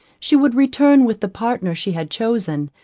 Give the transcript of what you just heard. she would return with the partner she had chosen,